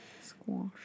squash